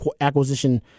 acquisition